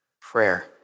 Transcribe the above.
Prayer